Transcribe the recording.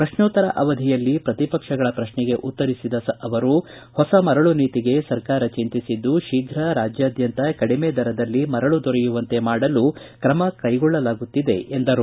ಪ್ರಶ್ನೋತ್ತರ ಅವಧಿಯಲ್ಲಿ ಪ್ರತಿಪಕ್ಷಗಳ ಪ್ರಶ್ನೆಗೆ ಉತ್ತರಿಸಿದ ಅವರು ಹೊಸ ಮರಳು ನೀತಿಗೆ ಸರ್ಕಾರ ಚಿಂತಿಸಿದ್ದು ಶೀಘ್ರ ರಾಜ್ಯಾದ್ಯಂತ ಕಡಿಮೆ ದರದಲ್ಲಿ ಮರಳು ದೊರೆಯುವಂತೆ ಮಾಡಲು ಕ್ರಮ ಕೈಗೊಳ್ಳಲಾಗುತ್ತಿದೆ ಎಂದರು